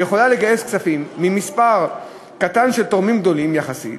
והיא יכולה לגייס כספים ממספר קטן של תורמים גדולים יחסית.